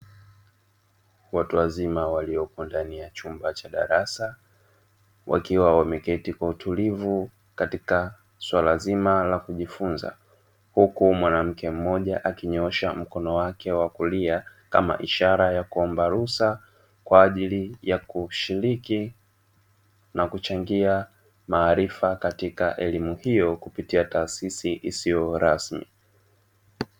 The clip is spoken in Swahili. Watu wazima waliopo ndani ya chumba cha darasa wakiwa wameketi kwa utulivu katika suala zima la kujifunza, huku mwanamke mmoja akinyosha mkono wake wa kulia kama ishara ya kuomba ruhusa kwa ajili ya kushiriki na kuchangia maarifa katika elimu hiyo kupitia taasisi isiyo rasmi.